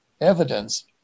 evidence